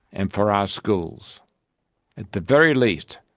and for our schools. at the very least,